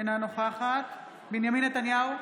אינה נוכחת בנימין נתניהו,